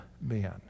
men